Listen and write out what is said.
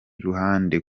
ruhande